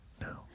No